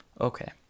Okay